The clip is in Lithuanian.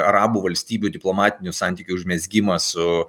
arabų valstybių diplomatinių santykių užmezgimą su